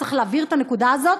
צריך להבהיר את הנקודה הזאת.